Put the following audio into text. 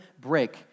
break